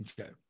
okay